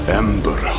ember